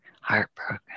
heartbroken